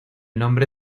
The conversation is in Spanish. nombre